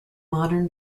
modern